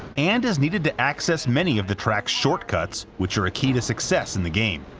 and is needed to access many of the track shortcuts, which are ah key to success in the game.